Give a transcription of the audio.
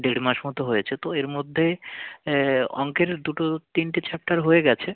দেড় মাস মতো হয়েছে তো এর মধ্যে অঙ্কের দুটো তিনটে চ্যাপটার হয়ে গেছে